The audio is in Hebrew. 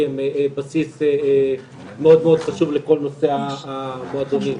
כי הן בסיס מאוד חשוב לנושא המועדונים.